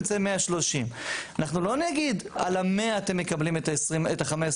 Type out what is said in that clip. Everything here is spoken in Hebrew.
יוצא 130. אנחנו לא נגיד שעל ה-100 הם מקבלים את ה-15%,